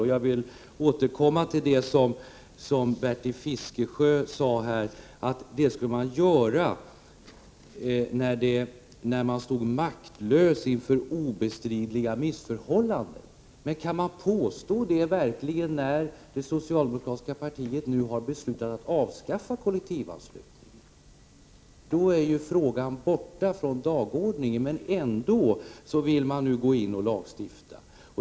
Jag återkommer till det som Bertil Fiskesjö här sade, nämligen att det skulle man göra när man stod maktlös inför obestridliga missförhållanden. Men kan man verkligen påstå det när det socialdemokratiska partiet nu har beslutat avskaffa kollektivanslutningen? Då är ju frågan borta från dagordningen, men ändå vill man nu gå in och lagstifta.